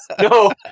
No